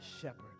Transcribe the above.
Shepherd